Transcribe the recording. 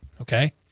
okay